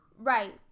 Right